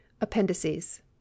APPENDICES